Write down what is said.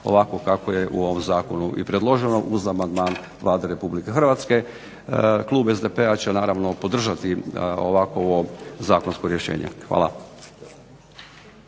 ovako kako je u ovom zakonu i predloženo uz amandman Vlade RH. Klub SDP-a će naravno podržati ovakvo zakonsko rješenje. Hvala.